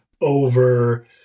over